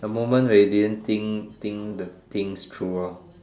the moment where you didn't think think the things true ah